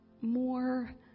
more